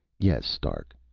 yes, stark.